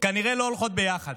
כנראה לא הולכות ביחד.